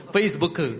Facebook